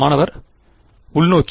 மாணவர் உள்நோக்கி